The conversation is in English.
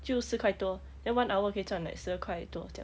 就是四块多 then one hour 可以赚 like 十二块多这样